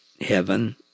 heaven